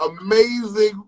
amazing